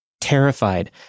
Terrified